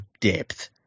depth